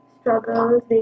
struggles